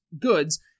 goods